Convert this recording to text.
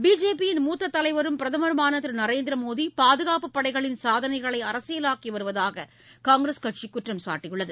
பிஜேபியின் மூத்த தலைவரும் பிரதமருமான திரு நரேந்திர மோடி பாதுகாப்பு படைகளின் சாதனைகளை அரசியலாக்கி வருவதாக காங்கிரஸ் கட்சி குற்றம் சாட்டியுள்ளது